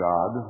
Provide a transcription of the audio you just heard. God